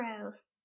Gross